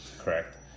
Correct